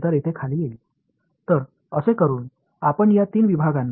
எனவே இதைச் செய்வதன் மூலம் இந்த மூன்று பிரிவுகளையும் எப்படி அழைப்பீர்கள்